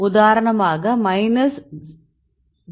உதாரணமாக மைனஸ் 0